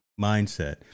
mindset